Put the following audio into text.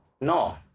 no